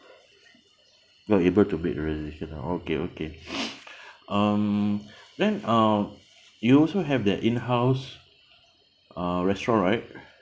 not able to make a reservation ah okay okay um then ah you also have that in-house uh restaurant right